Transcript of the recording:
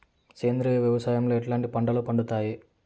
సేంద్రియ వ్యవసాయం లో ఎట్లాంటి పంటలు పండుతాయి